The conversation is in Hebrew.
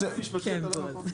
משפטי?